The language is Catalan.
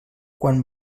quan